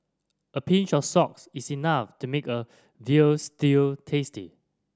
a pinch of salts is enough to make a veal stew tasty